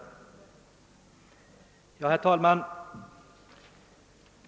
Herr talman!